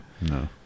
No